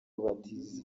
batize